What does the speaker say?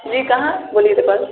कोई कहाँ बोलित हय